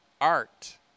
art